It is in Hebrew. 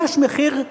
יש מחיר,